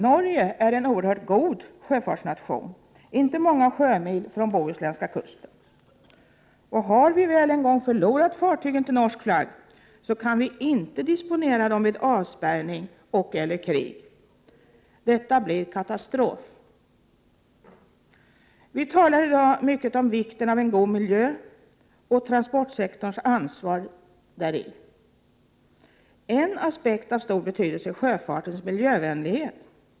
Norge är en oerhört god sjöfartsnation, inte många sjömil från bohusländska kusten. Och har vi väl en gång förlorat fartygen till norsk flagg, kan vi inte disponera dem vid avspärrning och/eller krig. Detta blir katastrof. Vi talar i dag mycket om vikten av en god miljö och transportsektorns ansvar däri. En aspekt av stor betydelse är sjöfartens miljövänlighet.